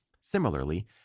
Similarly